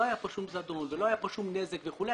היה כאן כל זדון ולא היה כאן כל נזק וכולי,